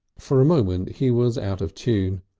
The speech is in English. for a moment he was out of tune.